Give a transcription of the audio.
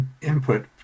input